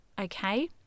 okay